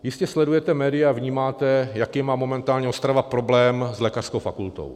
Jistě sledujete média, vnímáte, jaký má momentálně Ostrava problém s lékařskou fakultou.